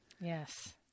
Yes